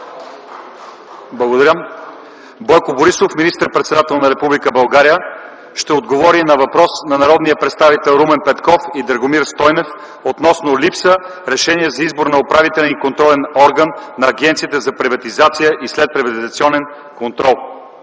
Благодаря. Бойко Борисов – министър-председател на Република България, ще отговори на въпрос на народните представители Румен Петков и Драгомир Стойнев относно липса на решение за избор на управителен и контролен орган на Агенцията за приватизация и следприватизационен контрол.